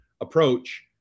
approach